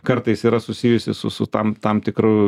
kartais yra susijusi su su tam tam tikru